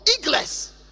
eagles